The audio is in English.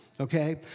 okay